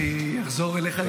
אני אחזור אליך.